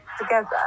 together